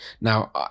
now